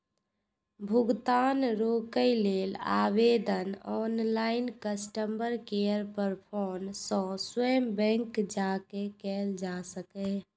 भुगतान रोकै लेल आवेदन ऑनलाइन, कस्टमर केयर पर फोन सं स्वयं बैंक जाके कैल जा सकैए